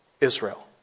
Israel